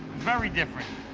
very different.